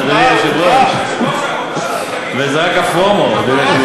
אדוני היושב-ראש, וזה רק הפרומו, אדוני